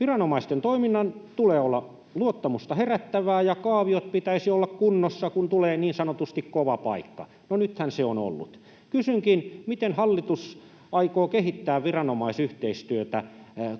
Viranomaisten toiminnan tulee olla luottamusta herättävää, ja kaavioiden pitäisi olla kunnossa, kun tulee niin sanotusti kova paikka. No, nythän se on ollut. Kysynkin: miten hallitus aikoo kehittää viranomaisyhteistyötä